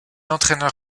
entraîneur